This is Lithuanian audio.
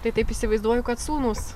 tai taip įsivaizduoju kad sūnūs